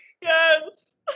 Yes